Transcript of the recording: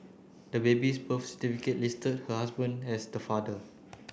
the baby's birth certificate listed her husband as the father